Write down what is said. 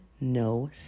no